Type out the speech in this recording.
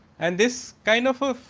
and this kind of of